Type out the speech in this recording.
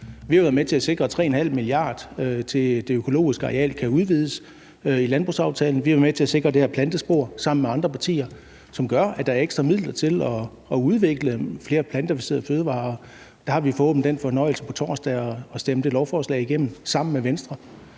Vi har været med til at sikre 3,5 mia. kr. i landbrugsaftalen, til at det økologiske areal kan udvides. Vi har været med til at sikre det her plantespor sammen med andre partier, som gør, at der er ekstra midler til at udvikle flere plantebaserede fødevarer. Der har vi forhåbentlig den fornøjelse på torsdag at stemme det lovforslag igennem sammen med Venstre.